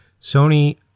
Sony